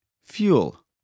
Fuel